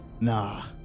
nah